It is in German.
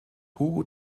hugo